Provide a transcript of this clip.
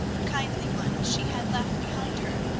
kindly one she had left behind her,